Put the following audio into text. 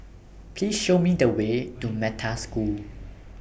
Please Show Me The Way to Metta School